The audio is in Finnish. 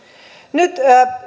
nyt